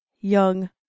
young